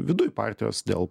viduj partijos dėl